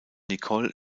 nicole